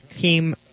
came